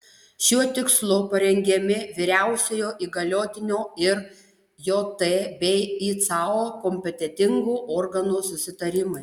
šiuo tikslu parengiami vyriausiojo įgaliotinio ir jt bei icao kompetentingų organų susitarimai